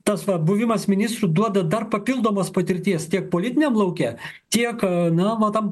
tas va buvimas ministru duoda dar papildomos patirties tiek politiniam lauke tiek na va tam